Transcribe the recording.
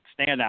standout